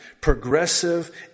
progressive